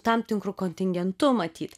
tam tikru kontingentu matyt